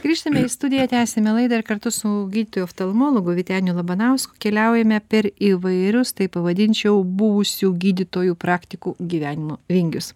grįžtame į studiją tęsiame laidą ir kartu su gydytoju oftalmologu vyteniu labanausku keliaujame per įvairius taip pavadinčiau buvusių gydytojų praktikų gyvenimo vingius